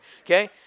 Okay